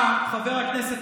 חברי חבר הכנסת